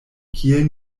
kiel